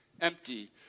empty